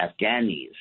Afghanis